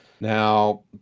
Now